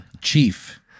Chief